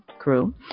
crew